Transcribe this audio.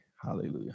Hallelujah